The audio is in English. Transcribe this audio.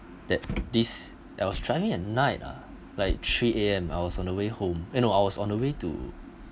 that this I was driving at night ah like three A_M I was on the way home eh no I was on the way to